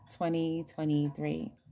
2023